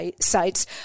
sites